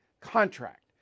contract